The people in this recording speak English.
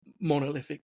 monolithic